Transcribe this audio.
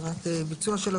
זה רק ביצוע שלו,